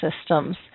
systems